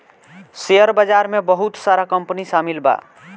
share बाजार में बहुत सारा कंपनी शामिल बा